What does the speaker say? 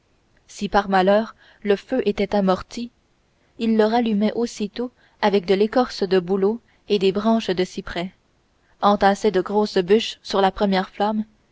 si par malheur le feu était amorti il le rallumait aussitôt avec de l'écorce de bouleau et des branches de cyprès entassait de grosses bûches sur la première flamme